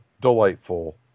delightful